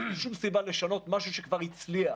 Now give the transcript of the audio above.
שום סיבה לשנות משהו שכבר הצליח.